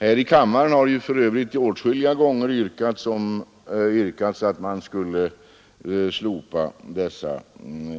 Här i kammaren har för övrigt åtskilliga gånger yrkats att man skulle slopa